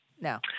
no